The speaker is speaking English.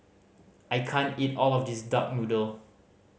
I can't eat all of this duck noodle